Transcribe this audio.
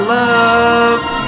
love